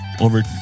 over